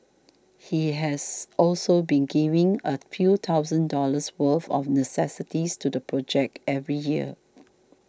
he has also been giving a few thousand dollars worth of necessities to the project every year